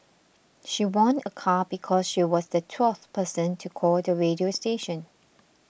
she won a car because she was the twelfth person to call the radio station